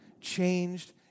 changed